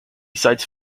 cites